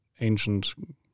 ancient